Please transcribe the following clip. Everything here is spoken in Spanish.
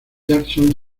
jackson